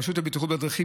הרשות לבטיחות בדרכים,